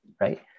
right